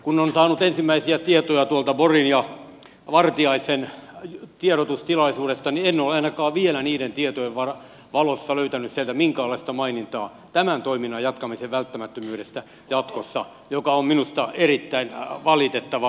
kun olen saanut ensimmäisiä tietoja tuolta borgin ja vartiaisen tiedotustilaisuudesta niin en ole ainakaan vielä niiden tietojen valossa löytänyt sieltä minkäänlaista mainintaa tämän toiminnan jatkamisen välttämättömyydestä jatkossa mikä on minusta erittäin valitettavaa